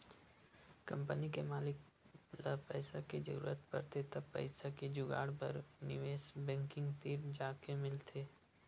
company के मालिक ल पइसा के जरूरत परथे त पइसा के जुगाड़ बर निवेस बेंकिग तीर जाके मिलथे